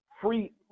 free –